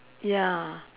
ya